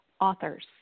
Authors